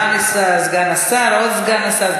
סגן השר, עוד סגן שר.